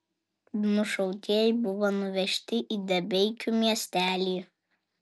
nušautieji buvo nuvežti į debeikių miestelį